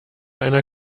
einer